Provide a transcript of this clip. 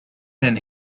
then